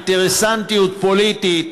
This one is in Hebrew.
אינטרסנטיות פוליטית,